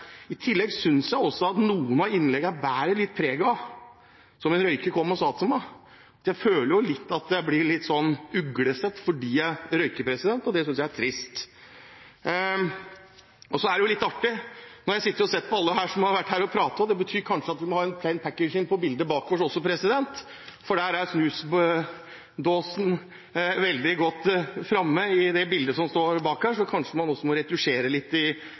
I tillegg synes jeg også at noen av innleggene bærer litt preg av, som en røyker kom og sa til meg, at jeg føler at jeg blir litt uglesett fordi jeg røyker. Det synes jeg er trist. Så er det jo litt artig: Nå har jeg sittet og sett på alle som har vært her og pratet, og det betyr kanskje at vi må ha «plain packaging» på bildet bak oss også, for snusdåsen er veldig godt framme i bildet som står bak her. Kanskje man må retusjere Eidsvolls-bildet litt i